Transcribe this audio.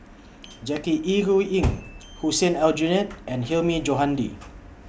Jackie Yi Ru Ying Hussein Aljunied and Hilmi Johandi